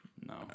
No